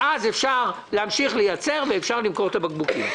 ואז אפשר להמשיך לייצר ואפשר למכור את הבקבוקים.